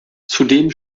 zudem